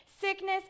sickness